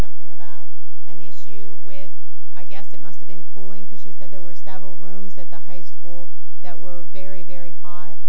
something about an issue with i guess it must have been cooling because she said there were several rooms at the high school that were very very h